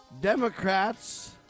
Democrats